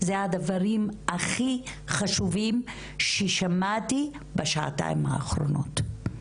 אלו הדברים הכי חשובים ששמעתי בשעתיים האחרונות.